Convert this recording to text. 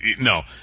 No